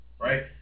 right